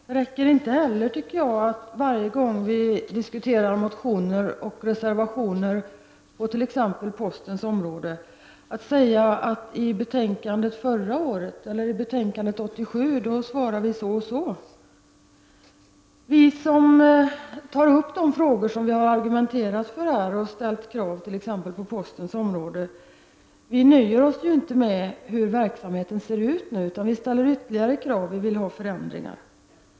Det räcker inte heller, tycker jag, att varje gång vi diskuterar motioner och reservationer på t.ex. postens område säga att i betänkandet förra året eller i betänkandet 1987 svarade utskottet så och så. Vi som har tagit upp de frågor som vi har argumenterat för här och som har ställt krav t.ex. på postens område nöjer oss inte med hur verksamheten ser ut nu, utan vi ställer ytterligare krav. Vi vill ha förändringar.